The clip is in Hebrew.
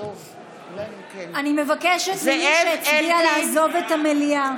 אני מבקשת ממי שהצביע לעזוב את המליאה.